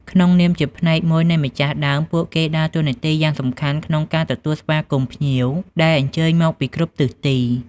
ក្នុងនាមជាផ្នែកមួយនៃម្ចាស់ដើម ពួកគេដើរតួនាទីយ៉ាងសំខាន់ក្នុងការ ទទួលស្វាគមន៍ភ្ញៀវ ដែលអញ្ជើញមកពីគ្រប់ទិសទី។